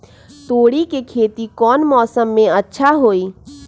तोड़ी के खेती कौन मौसम में अच्छा होई?